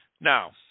Now